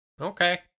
Okay